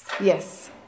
Yes